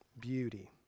Beauty